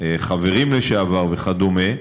חברים לשעבר וכדומה.